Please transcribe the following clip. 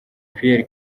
pierre